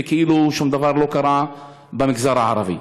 וכאילו שום דבר לא קרה במגזר הערבי.